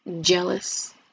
jealous